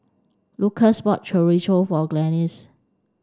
Lukas bought Chorizo for Glennis